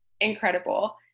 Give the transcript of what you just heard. incredible